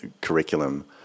curriculum